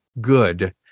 good